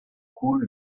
coule